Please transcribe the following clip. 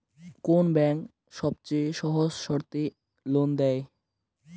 কোন ব্যাংক সবচেয়ে সহজ শর্তে লোন দেয়?